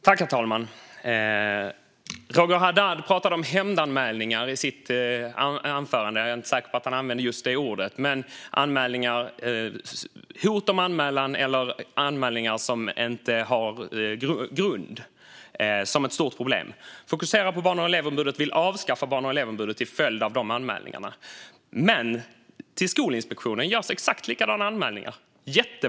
Herr talman! Roger Haddad talade om hämndanmälningar i sitt anförande. Men jag är inte säker på att han använde just detta ord. Men han talade om hot om anmälningar, eller anmälningar som inte har någon grund, som ett stort problem. Han fokuserar på Barn och elevombudet och vill avskaffa Barn och elevombudet till följd av dessa anmälningar. Men till Skolinspektionen görs jättemånga exakt likadana anmälningar.